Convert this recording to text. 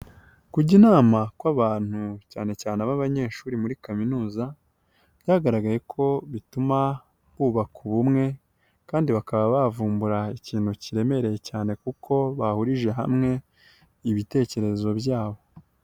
Kujya inama kw'abantu cyane cyane ab'abanyeshuri muri kaminuza, byagaragaye ko bituma hubaka ubumwe kandi bakaba bavumbura ikintu kiremereye cyane kuko bahurije hamwe ibitekerezo byabo.